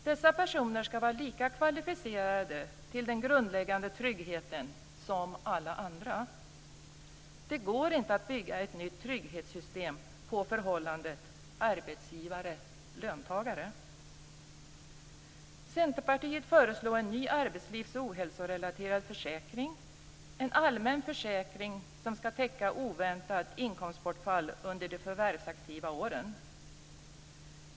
Dessa personer skall vara lika kvalificerade till den grundläggande tryggheten som alla andra. Det går inte att bygga ett nytt trygghetssystem på förhållandet arbetsgivare-löntagare. Centerpartiet föreslår en ny arbetslivs och ohälsorelaterad försäkring, en allmän försäkring som skall täcka oväntat inkomstbortfall under de förvärvsaktiva åren.